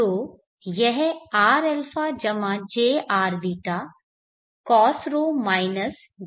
तो यह rαj rβcos ρ j sin ρ है